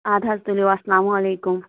اَدٕ حظ تُلِو اَسَلامُ علیکُم